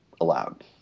allowed